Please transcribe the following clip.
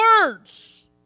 words